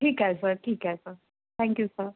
ठीक आहे सर ठीक आहे सर थँक्यू सर